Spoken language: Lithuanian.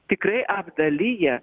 tikrai apdalija